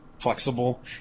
flexible